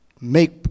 make